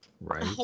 Right